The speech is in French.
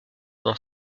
dans